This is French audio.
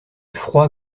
froid